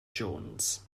jones